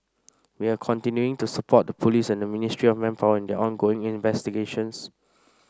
we are continuing to support the police and Ministry of Manpower in their ongoing investigations